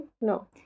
No